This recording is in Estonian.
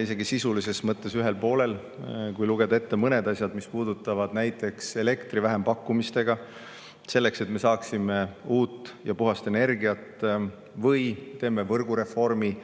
isegi sisulises mõttes ühel poolel. Loen ette mõned asjad, mis puudutavad näiteks elektri vähempakkumist, selleks et me saaksime uut ja puhast energiat. Me teeme ka võrgureformi,